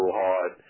hard